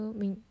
mình